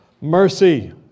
mercy